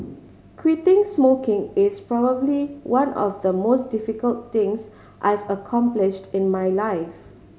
quitting smoking is probably one of the most difficult things I've accomplished in my life